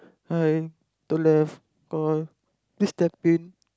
hi two love call please step in